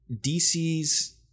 DC's